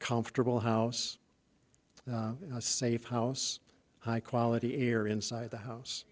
comfortable house a safe house high quality air inside the house